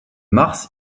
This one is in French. mars